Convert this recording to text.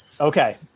Okay